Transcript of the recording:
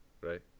right